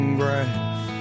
grass